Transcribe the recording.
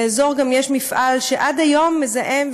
באזור יש גם מפעל שעד היום מזהם,